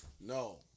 No